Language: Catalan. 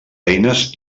eines